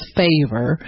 favor